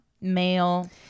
male